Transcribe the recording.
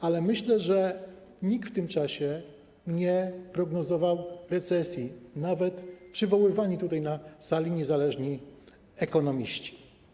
Ale myślę, że nikt w tym czasie nie prognozował recesji, nawet przywoływani tutaj na sali niezależni ekonomiści.